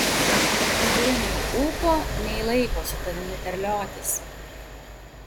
neturiu nei ūpo nei laiko su tavimi terliotis